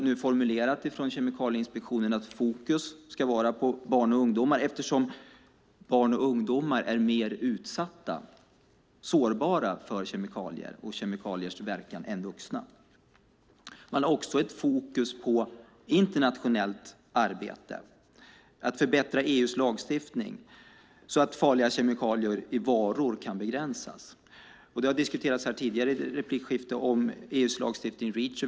Nu har Kemikalieinspektionen formulerat att fokus ska ligga på barn och ungdomar eftersom barn och ungdomar är mer sårbara för kemikalier och kemikaliers verkan än vuxna. Man har också ett fokus på internationellt arbete och att förbättra EU:s lagstiftning så att farliga kemikalier i varor kan begränsas. EU:s lagstiftning Reach har tidigare diskuterats här i ett replikskifte.